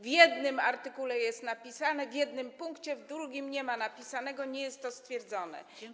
W jednym artykule jest napisane, w jednym punkcie, w drugim nie jest napisane, nie jest to stwierdzone.